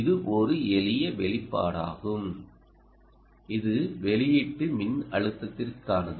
இது ஒரு எளிய வெளிப்பாடாகும் இது வெளியீட்டு மின்னழுத்தத்திற்கானது